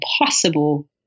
impossible